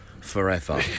forever